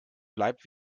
bleibt